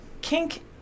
kink